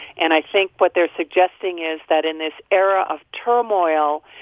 and i think what they're suggesting is that in this era of turmoil,